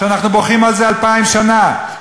שאנחנו בוכים עליו אלפיים שנה,